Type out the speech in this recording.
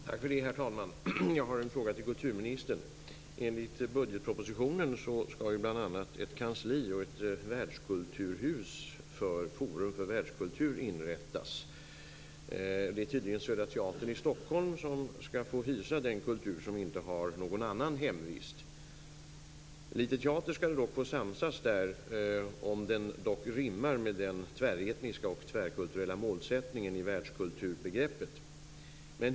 Herr talman! Jag har en fråga till kulturministern. Enligt budgetpropositionen skall ett kansli och ett världskulturhus för forum för världskultur inrättas. Det är tydligen Södra Teatern i Stockholm som skall få hysa den kultur som inte har någon annan hemvist. Litet teater skall dock få samsas där, om den rimmar med den tväretniska och tvärkulturella målsättningen i världskulturbegreppet.